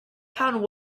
pound